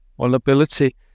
vulnerability